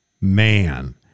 man